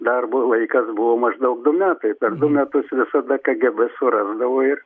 darbo laikas buvo maždaug du metai per du metus visada kgb surasdavo ir